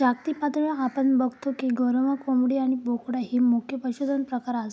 जागतिक पातळीवर आपण बगतो की गोरवां, कोंबडी आणि बोकडा ही मुख्य पशुधन प्रकार आसत